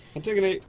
antigone,